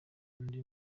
undi